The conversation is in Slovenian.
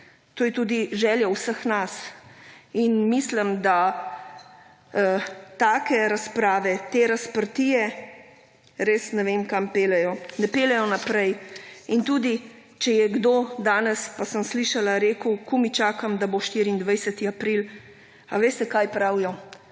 To jet udi želja vseh nas. In mislim, da take razprave, te razprtije res ne vem kam peljejo. Ne peljejo naprej in tudi, če je kdo danes, pa sem slišala, je rekel, komaj čakam, da bo 24. april. Ali veste kaj pravijo?